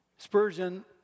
Spurgeon